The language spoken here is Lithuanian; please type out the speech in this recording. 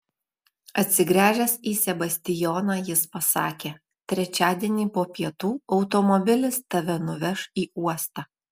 atsigręžęs į sebastijoną jis pasakė trečiadienį po pietų automobilis tave nuveš į uostą